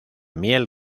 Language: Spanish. miel